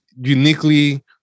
uniquely